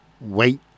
wait